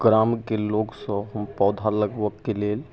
ग्रामके लोकसब पौधा अपन लगबऽके लेल